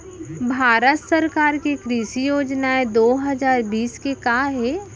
भारत सरकार के कृषि योजनाएं दो हजार बीस के का हे?